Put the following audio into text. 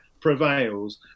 prevails